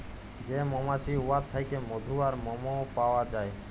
যে মমাছি উয়ার থ্যাইকে মধু আর মমও পাউয়া যায়